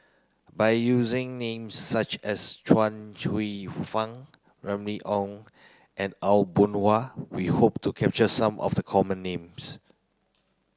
by using names such as Chuang Hsueh Fang Remy Ong and Aw Boon Haw we hope to capture some of the common names